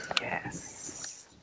Yes